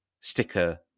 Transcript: sticker